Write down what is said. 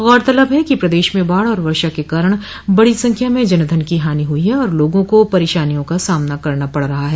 गौरतलब है कि प्रदेश में बाढ़ और वर्षा के कारण बड़ी संख्या में जनधन की हानि हुई है और लोगों को परेशानियों का सामना करना पड़ रहा है